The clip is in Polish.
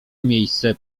miejsce